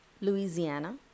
Louisiana